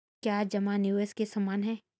क्या जमा निवेश के समान है?